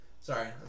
Sorry